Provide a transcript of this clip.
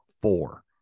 four